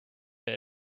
der